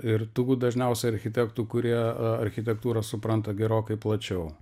ir turbūt dažniausiai architektų kurie architektūrą supranta gerokai plačiau